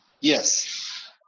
Yes